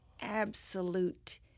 absolute